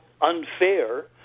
unfair